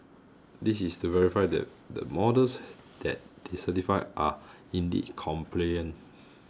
this is to verify that the models that they certified are indeed compliant